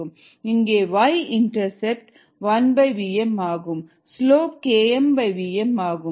இங்கே Y intercept 1vm ஆகும் slope Kmvm ஆகும்